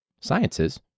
Sciences